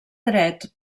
dret